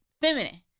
feminine